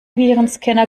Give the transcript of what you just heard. virenscanner